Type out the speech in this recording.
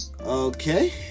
Okay